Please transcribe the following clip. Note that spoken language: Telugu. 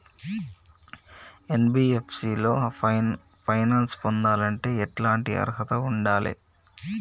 ఎన్.బి.ఎఫ్.సి లో ఫైనాన్స్ పొందాలంటే ఎట్లాంటి అర్హత ఉండాలే?